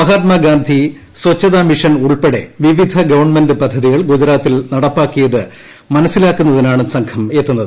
Mahatma Gandhi Swachhata mission ഉൾപ്പെടെ പിവിധ government പദ്ധതികൾ ഗുജറാത്തിൽ നടപ്പാക്കിയത് മനസ്സിലാക്കുന്നതിനാണ് സംഘം എത്തുന്നത്